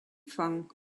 fang